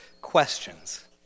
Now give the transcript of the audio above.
questions